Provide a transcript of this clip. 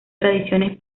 tradiciones